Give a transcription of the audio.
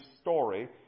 story